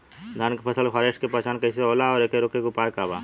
धान के फसल के फारेस्ट के पहचान कइसे होला और एके रोके के उपाय का बा?